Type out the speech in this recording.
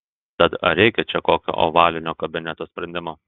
tad ar reikia čia kokio ovalinio kabineto sprendimo